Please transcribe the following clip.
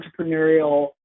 entrepreneurial